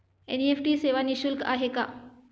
NEFT सेवा निःशुल्क आहे का?